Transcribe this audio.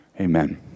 amen